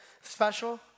special